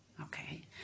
Okay